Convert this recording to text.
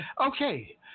Okay